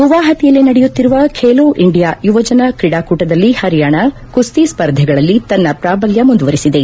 ಗುವಾಹತಿಯಲ್ಲಿ ನಡೆಯುತ್ತಿರುವ ಖೇಲೊ ಇಂಡಿಯಾ ಯುವಜನ ಕ್ರೀಡಾಕೂಟದಲ್ಲಿ ಹರಿಯಾಣ ಕುಸ್ತಿ ಸ್ಪರ್ಧೆಗಳಲ್ಲಿ ತನ್ನ ಪ್ರಾಬಲ್ಯ ಮುಂದುವರಿಸಿದೆ